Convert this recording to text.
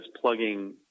plugging